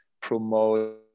promote